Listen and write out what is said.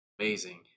amazing